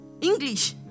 English